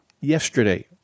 yesterday